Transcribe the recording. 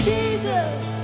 Jesus